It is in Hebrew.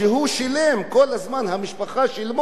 המשפחה שלו שילמה,